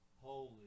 Holy